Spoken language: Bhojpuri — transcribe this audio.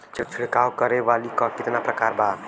छिड़काव करे वाली क कितना प्रकार बा?